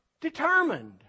determined